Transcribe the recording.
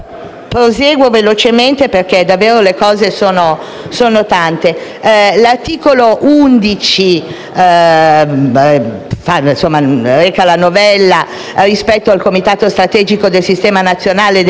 legge sulla responsabilità professionale. L'articolo 12 parla del reato di esercizio abusivo della professione ed è di straordinaria importanza perché l'abusivismo professionale è veramente